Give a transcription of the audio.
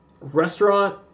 restaurant